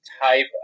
type